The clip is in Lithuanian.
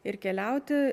ir keliauti